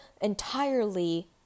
entirely